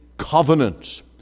covenants